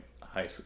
high